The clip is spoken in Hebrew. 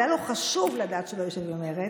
היה לו חשוב לדעת שהוא לא ישב עם מרצ.